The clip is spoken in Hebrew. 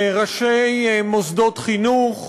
ראשי מוסדות חינוך,